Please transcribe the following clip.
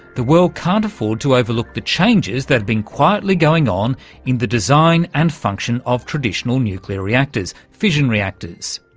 the world can't afford to overlook the changes that have been quietly going on in the design and function of traditional nuclear reactors, fission reactors.